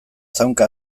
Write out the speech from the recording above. zaunka